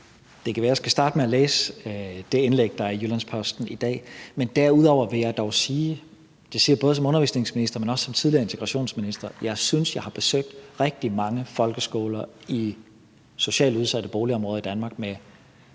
Det kan være, jeg skal starte med at læse det indlæg, der er i Jyllands-Posten i dag. Men derudover vil jeg dog sige, og det siger jeg både som undervisningsminister, men også som tidligere integrationsminister, at jeg har besøgt rigtig mange folkeskoler i socialt udsatte boligområder i Danmark med